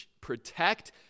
protect